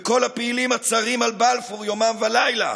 וכל הפעילים הצרים על בלפור יום וליל,